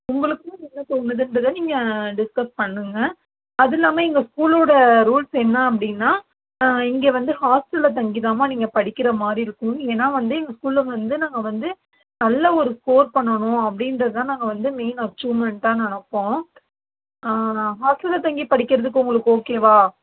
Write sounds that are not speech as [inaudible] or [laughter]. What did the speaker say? உங்களுக்கும் [unintelligible] நீங்கள் டிஸ்கஸ் பண்ணுங்கள் அது இல்லாமல் எங்கள் ஸ்கூலோட ரூல்ஸ் என்ன அப்படினா இங்கே வந்து ஹாஸ்ட்டலில் தங்கிதாம்மா நீங்கள் படிக்கிறமாதிரி இருக்கும் ஏன்னா வந்து எங்கள் ஸ்கூலில் வந்து நாங்கள் வந்து நல்ல ஒரு ஸ்கோர் பண்ணணும் அப்படின்றத நாங்கள் வந்து மெயின் அச்சீவ்மெண்ட்டாக நினைப்போம் ஹாஸ்ட்டலில் தங்கி படிக்கிறதுக்கு உங்களுக்கு ஓகே வா